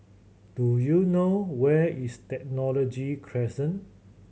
do you know where is Technology Crescent